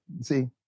See